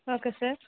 okay sir